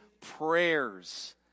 prayers